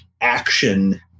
action